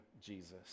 Jesus